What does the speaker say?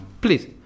please